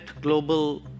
global